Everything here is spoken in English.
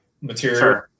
material